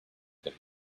been